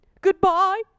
Goodbye